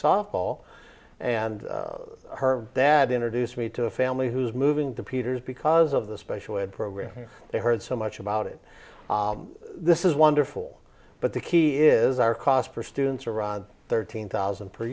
softball and her dad introduced me to a family who's moving to peter's because of the special ed program they heard so much about it this is wonderful but the key is our cost for students around thirteen thousand per